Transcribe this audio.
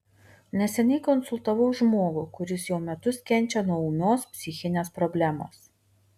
neseniai konsultavau žmogų kuris jau metus kenčia nuo ūmios psichinės problemos